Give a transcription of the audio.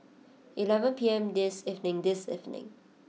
eleven P M this evening this evening